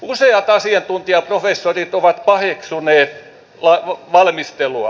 useat asiantuntijaprofessorit ovat paheksuneet valmistelua